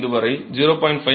5 வரை 0